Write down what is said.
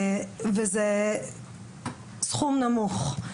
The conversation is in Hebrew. וזה סכום נמוך.